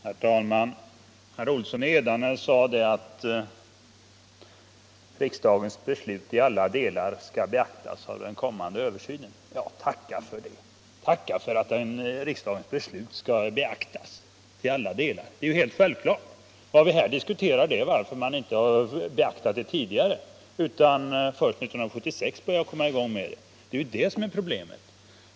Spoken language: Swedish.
Herr talman! Herr Olsson i Edane sade att riksdagens beslut i alla delar skall beaktas vid den kommande översynen. Ja, tacka för det — att riksdagens beslut skall beaktas i alla delar. Det är ju helt självklart. Vad vi här diskuterar är varför man inte har beaktat det tidigare utan först 1976 började komma i gång med det. Det är ju det som är problemet.